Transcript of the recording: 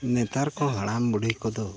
ᱱᱮᱛᱟᱨ ᱠᱚ ᱦᱟᱲᱟᱢᱼᱵᱩᱰᱦᱤ ᱠᱚᱫᱚ